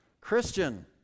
christian